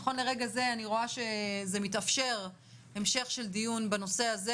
נכון לרגע זה אני רואה שזה מתאפשר המשך של דיון בנושא הזה.